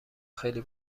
خیلی